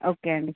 okay అండి